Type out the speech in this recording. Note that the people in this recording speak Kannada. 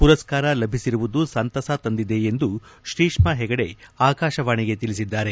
ಪುರಸ್ಕಾರ ಲಭಿಸಿರುವುದು ಸಂತಸ ತಂದಿದೆ ಎಂದು ಶ್ರೀಷ್ಮಾ ಹೆಗಡೆ ಆಕಾಶವಾಣಿಗೆ ತಿಳಿಸಿದ್ದಾರೆ